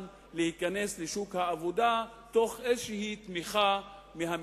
להיכנס לשוק העבודה עם תמיכה כלשהי מהמדינה.